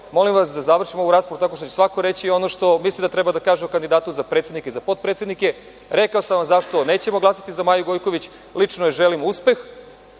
Molim vas da završimo ovu raspravu tako što će svako reći ono što misli da treba da kaže o kandidatu za predsednika i za potpredsednike. Rekao sam vam zašto nećemo glasati za Maju Gojković, lično joj želim uspeh,